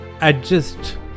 adjust